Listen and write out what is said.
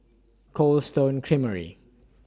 Cold Stone Creamery